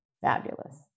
fabulous